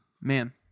man